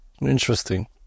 Interesting